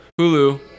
Hulu